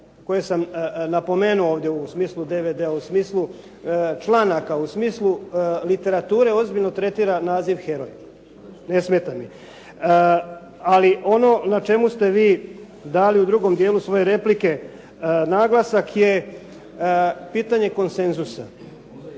koje sam napomenuo ovdje u smislu DVD-a, u smislu članaka, u smislu literature ozbiljno tretira naziv heroj. Ne smeta mi. Ali ono na čemu ste vi dali u drugom dijelu svoje replike naglasak je pitanje konsenzusa.